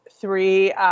three